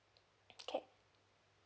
okay